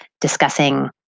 discussing